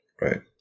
Right